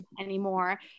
anymore